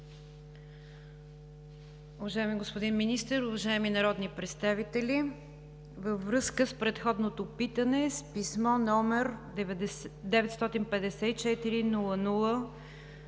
Уважаеми господин Министър, уважаеми народни представители! Във връзка с предходното питане, с писмо № 954002